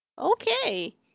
Okay